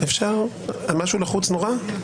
משהו לחוץ נורא?